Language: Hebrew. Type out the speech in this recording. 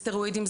סטרואידים,